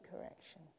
correction